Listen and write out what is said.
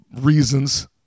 reasons